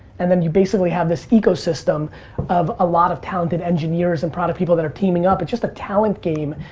and then you basically have this ecosystem of a lot of talented engineers and product people that are teaming up. it's just a talent game,